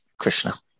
Krishna